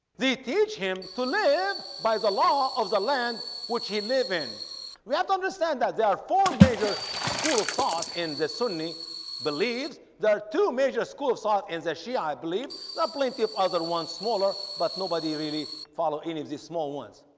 teach him to live by the law of the land which he live in we have to understand that there are four major school of thoughts in the sunni believes there are two major school sought is that she i believe that plenty of other ones smaller but nobody really follow any of these small ones.